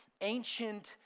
ancient